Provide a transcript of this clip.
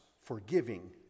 forgiving